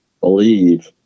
believe